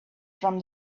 from